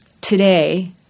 today